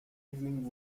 evening